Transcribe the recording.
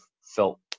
felt